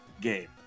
game